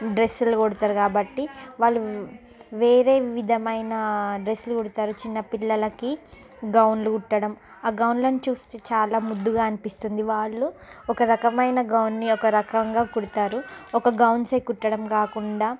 డ్రెస్సులు కుడతారు కాబట్టి వాళ్ళు వేరే విధమైన డ్రెస్సులు కుడతారు చిన్న పిల్లలకి గౌన్లు కుట్టటం ఆ గౌనులను చాలా ముద్దుగా అనిపిస్తుంది వాళ్ళు ఒక రకమైన గౌన్ని ఒక రకంగా కుడతారు ఒక గౌన్సే కుట్టడం కాకుండా